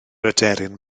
aderyn